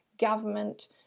government